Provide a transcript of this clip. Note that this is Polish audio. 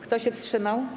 Kto się wstrzymał?